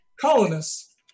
colonists